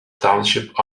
township